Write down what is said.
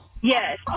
yes